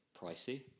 pricey